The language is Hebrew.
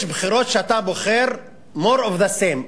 יש בחירות שאתה בוחר more of the same,